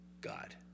God